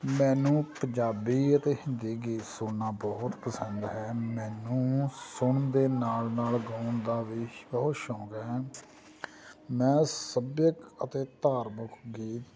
ਮੈਨੂੰ ਪੰਜਾਬੀ ਅਤੇ ਹਿੰਦੀ ਗੀਤ ਸੁਣਨਾ ਬਹੁਤ ਪਸੰਦ ਹੈ ਮੈਨੂੰ ਸੁਣਨ ਦੇ ਨਾਲ ਨਾਲ ਗਾਉਣ ਦਾ ਵੀ ਬਹੁਤ ਸ਼ੌਂਕ ਹੈ ਮੈਂ ਸੱਭਿਅਕ ਅਤੇ ਧਾਰਮਿਕ ਗੀਤ